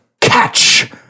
Catch